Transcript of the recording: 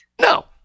No